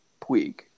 Puig